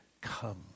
come